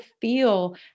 feel